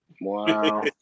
Wow